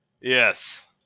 Yes